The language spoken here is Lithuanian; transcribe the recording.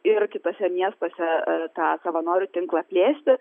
ir kituose miestuose tą savanorių tinklą plėsti